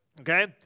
Okay